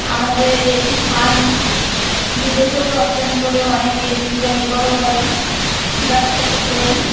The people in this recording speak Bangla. আমাদের এই ধান বিদেশেও রপ্তানি করে অনেকে জীবিকা নির্বাহ করে ব্যবসার ক্ষেত্রে